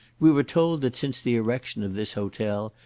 we were told that since the erection of this hotel,